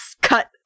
Cut